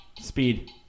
Speed